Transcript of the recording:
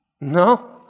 No